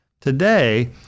Today